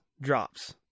drops